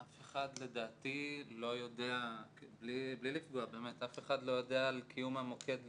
אף אחד לדעתי לא יודע על קיום המוקד לפניות.